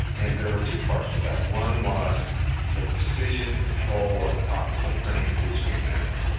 and there were two parts to that. one was the precision control of optical printing and blue screen matting.